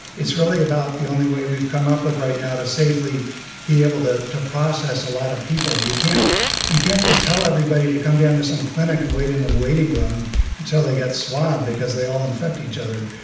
it's really about the only way we've come up with right now to safely be able to to process a lot of people. you can't you can't just tell everybody to come down to some clinic and wait in a waiting room until they got swab because they all infect each other.